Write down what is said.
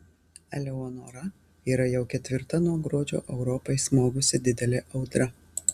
eleonora yra jau ketvirta nuo gruodžio europai smogusi didelė audra